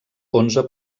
onze